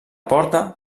porta